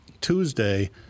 Tuesday